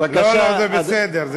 לא לא, זה בסדר.